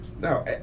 now